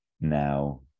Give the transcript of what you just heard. now